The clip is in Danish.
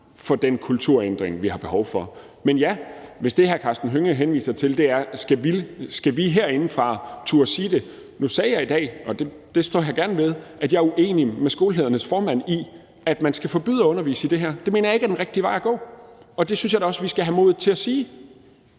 for den kulturændring, vi har behov for. Men svaret et ja, hvis det, hr. Karsten Hønge henviser til, er, at vi herindefra skal turde sige det. Nu sagde jeg i dag, og det står jeg gerne ved, at jeg er uenig med skoleledernes formand i, at man skal forbyde at undervise i det her. Det mener jeg ikke er den rigtige vej at gå. Det synes jeg da også at vi skal have modet til at sige.